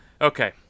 Okay